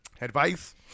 advice